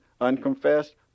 unconfessed